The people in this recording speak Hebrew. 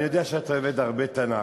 אני יודע שאת אוהבת הרבה תנ"ך.